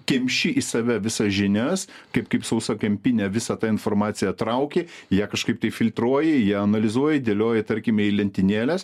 kemši į save visas žinias kaip kaip sausa kempinė visą tą informaciją trauki ją kažkaip tai filtruoji ją analizuoji dėlioji tarkime į lentynėles